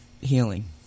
healing